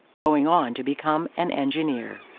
going on to become an engineer.